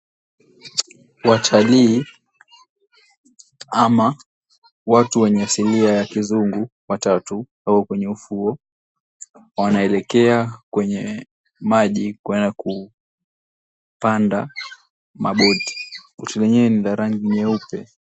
Watalii ama watu wenye asilia ya Kizungu watatu wako kwenye ufuo wanaelekea kwenye maji kuenda kupanda maboti. Boti lenyewe ni la rangi nyeupe.